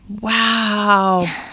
Wow